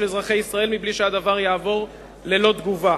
אזרחי ישראל מבלי שהדבר יעבור ללא תגובה.